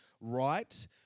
right